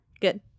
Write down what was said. Good